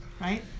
Right